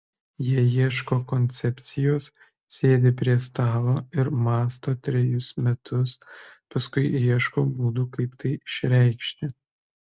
jie ieško koncepcijos sėdi prie stalo ir mąsto trejus metus paskui ieško būdo kaip tai išreikšti